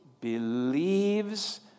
Believes